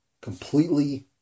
completely